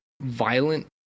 violent